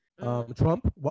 Trump